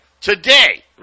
Today